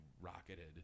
rocketed